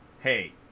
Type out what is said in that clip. hey